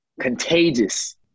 Contagious